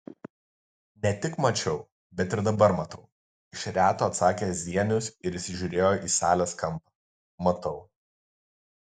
ne tik mačiau bet ir dabar matau iš reto atsakė zienius ir įsižiūrėjo į salės kampą matau